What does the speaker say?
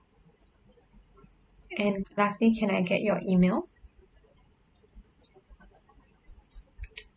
and lastly can I get your email